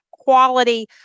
quality